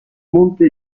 monte